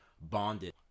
bonded